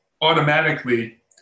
automatically